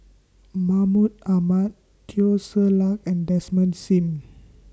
Mahmud Ahmad Teo Ser Luck and Desmond SIM